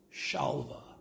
shalva